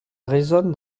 résonne